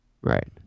Right